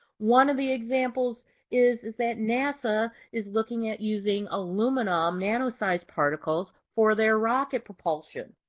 one of the examples is that nasa is looking at using aluminum nanosized particles for their rocket propulsion.